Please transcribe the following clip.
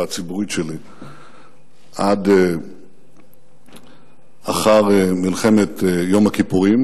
הציבורית שלי עד אחר מלחמת יום הכיפורים.